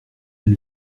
elle